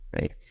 right